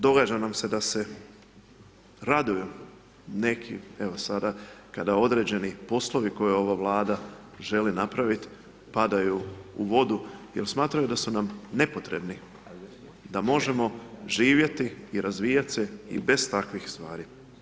Događa nam se da se raduju neki, evo sada kada određeni poslovi koje ova Vlada želi napraviti, padaju u vodu jel smatraju da su nam nepotrebni, da možemo živjeti i razvijati se i bez takvih stvari.